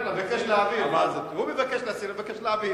הוא מבקש להעביר, אני מבקש להסיר.